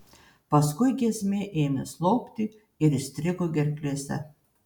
paskui giesmė ėmė slopti ir įstrigo gerklėse